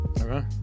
Okay